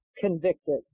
convicted